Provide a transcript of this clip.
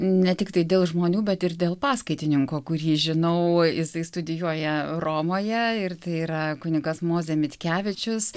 ne tiktai dėl žmonių bet ir dėl paskaitininko kurį žinau jisai studijuoja romoje ir tai yra kunigas mozė mitkevičius